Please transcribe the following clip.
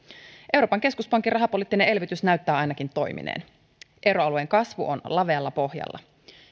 euroopan keskuspankin rahapoliittinen elvytys näyttää ainakin toimineen euroalueen kasvu on lavealla pohjalla